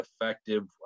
effective